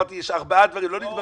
אמרתי, יש ארבעה דברים, לא להתבלבל.